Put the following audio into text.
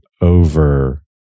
over